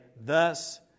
thus